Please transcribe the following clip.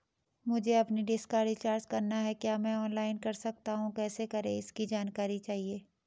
मुझे अपनी डिश का रिचार्ज करना है क्या मैं ऑनलाइन कर सकता हूँ कैसे करें इसकी जानकारी चाहिए?